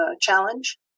challenge